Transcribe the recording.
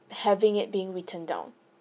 having it being written down